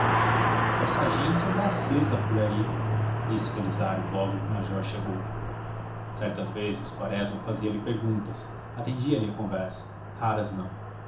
essa gente anda acesa por aí disse felizardo logo que o major chegou certas vezes quaresma fazia-lhe perguntas atendia lhe a conversa raras não